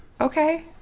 Okay